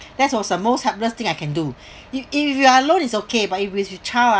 that's was the most helpless thing I can do if if you are alone is okay but if with a child ah